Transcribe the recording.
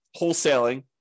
wholesaling